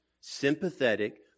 sympathetic